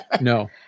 No